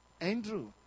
Andrew